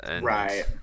Right